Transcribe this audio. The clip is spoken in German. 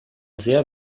sehr